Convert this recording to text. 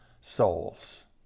souls